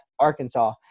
Arkansas